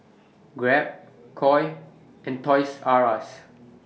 Grab Koi and Toys R US